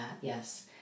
yes